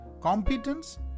competence